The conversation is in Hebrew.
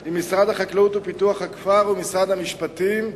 עם משרד החקלאות ופיתוח הכפר ועם משרד המשפטים,